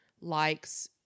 likes